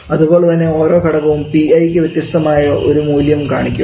അതുപോലെതന്നെ ഓരോ ഘടകവും Pi യ്ക്ക് വ്യത്യസ്തമായ ഒരു മൂല്യം കാണിക്കും